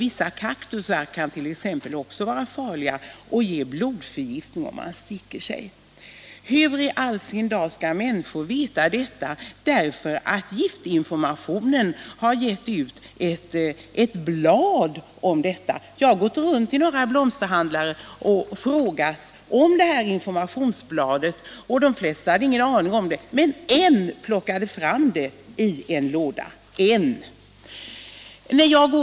Vissa kaktusar kan också vara farliga och ge blodförgiftning, om man sticker sig.” Inte kan man väl begära att människor skall känna till sådant här bara därför att giftinformationscentralen har givit ut ett informationsblad om detta! Jag har gått runt till några blomsterhandlare och frågat om de kände till informationsbladet, och de flesta hade ingen aning om att det fanns. En enda av dem jag frågade hade informationsbladet och plockade fram det ur en låda.